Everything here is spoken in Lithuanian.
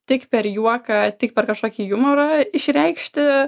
tik per juoką tik per kažkokį jumorą išreikšti